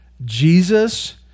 Jesus